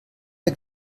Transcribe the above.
mir